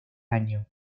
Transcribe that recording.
año